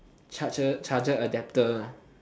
charger charger adapter